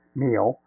meal